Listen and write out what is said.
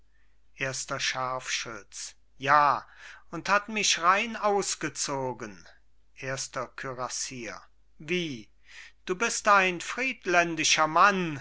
erster scharfschütz ja und hat mich rein ausgezogen erster kürassier wie du bist ein friedländischer mann